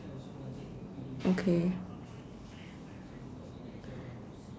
okay